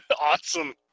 Awesome